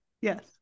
Yes